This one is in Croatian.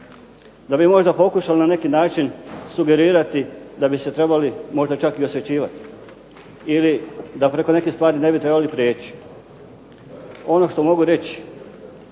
da bi možda pokušali na neki način sugerirati da bi se trebali možda čak i osvećivati, ili da preko nekih stvari ne bi trebali prijeći. Ono što mogu reći